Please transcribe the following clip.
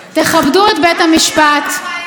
תכבדו את בית המשפט.